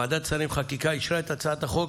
ועדת שרים לחקיקה אישרה את הצעת החוק,